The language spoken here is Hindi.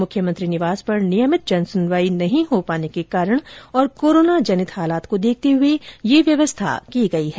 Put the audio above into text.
मुख्यमंत्री निवास पर नियमित जनसुनवाई नहीं होने के कारण और कोरोना जनित हालात को देखते हुए यह व्यवस्था की गई है